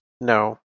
No